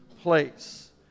place